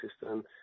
system